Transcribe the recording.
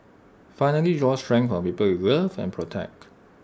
finally draw strength from the people you love and protect